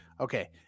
okay